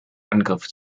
angriff